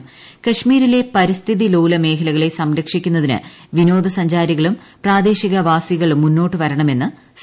ക്ശ്മീരിലെ പരിസ്ഥിതിലോല മേഖലകളെ സംരക്ഷിക്കുന്നതിന് വിനോദസഞ്ചാരികളും പ്രദേശവാസികളും മുന്നോട്ടുവരണമെന്നും സി